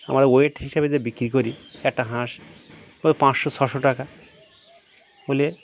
আমরা ওয়েট হিসাবে যে বিক্রি করি একটা হাঁস কতো পাঁচশো ছশো টাকা হলে